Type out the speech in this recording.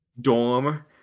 Dorm